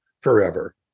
forever